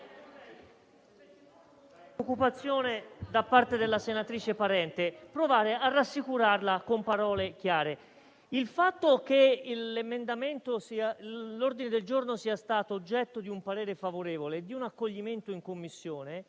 preoccupazione da parte della senatrice Parente, vorrei provare a rassicurarla con parole chiare. Il fatto che l'ordine del giorno sia stato oggetto di un parere favorevole e di un accoglimento in Commissione